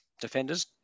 defenders